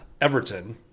Everton